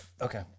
Okay